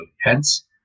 Hence